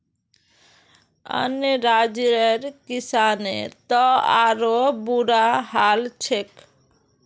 अन्य राज्यर किसानेर त आरोह बुरा हाल छेक